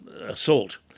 assault